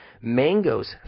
Mangoes